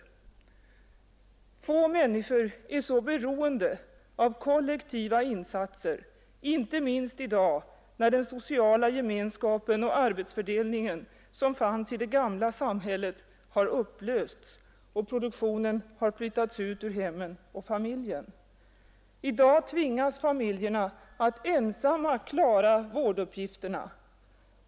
Få människor är så beroende av kollektiva insatser som barnfamiljerna, inte minst i dag när den sociala gemenskapen och arbetsfördelningen som fanns i det gamla samhället har upplösts och produktionen har flyttats bort från hemmen och familjen. I dag tvingas familjerna att ensamma klara vårduppgifterna.